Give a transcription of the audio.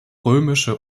römische